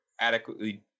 adequately